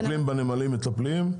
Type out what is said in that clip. בזה אנחנו מטפלים.